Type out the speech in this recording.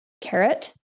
carrot